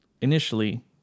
initially